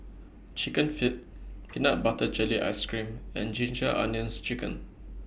Chicken Feet Peanut Butter Jelly Ice Cream and Ginger Onions Chicken